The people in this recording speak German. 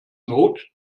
not